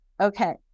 Okay